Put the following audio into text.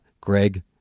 Greg